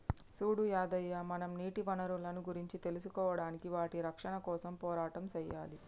సూడు యాదయ్య మనం నీటి వనరులను గురించి తెలుసుకోడానికి వాటి రక్షణ కోసం పోరాటం సెయ్యాలి